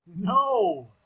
No